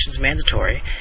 mandatory